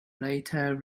later